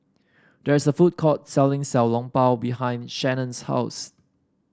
there is a food court selling Xiao Long Bao behind Shannen's house